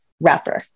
wrapper